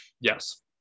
Yes